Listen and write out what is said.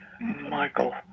Michael